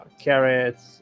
carrots